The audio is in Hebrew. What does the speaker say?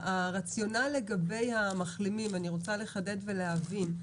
הרציונל לגבי המחלימים, אני רוצה לחדד ולהבין.